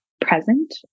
present